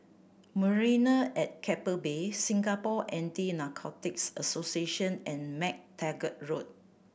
Marina at Keppel Bay Singapore Anti Narcotics Association and MacTaggart Road